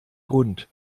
grund